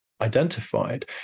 identified